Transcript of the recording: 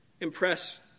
impress